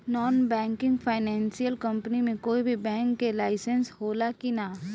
Non banking financial company मे कोई भी बैंक के लाइसेन्स हो ला कि ना?